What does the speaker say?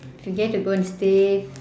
if you get to go and stay